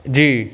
जी